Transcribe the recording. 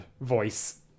voice